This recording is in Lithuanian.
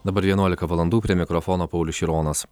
dabar vienuolika valandų prie mikrofono paulius šironas